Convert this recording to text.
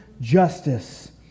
justice